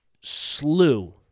slew